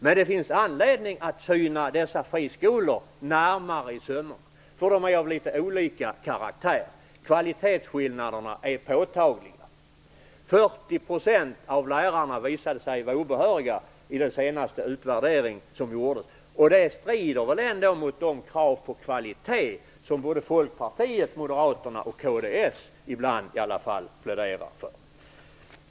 Men det finns anledning att syna friskolorna närmare i sömmen, för de är av litet olika karaktär. Kvalitetsskillnaderna är påtagliga. Vid den senaste utvärderingen visade sig 40 % av lärarna vara obehöriga. Det strider väl ändå mot de krav på kvalitet som Folkpartiet, Moderaterna och kds - ibland i alla fall - pläderar för.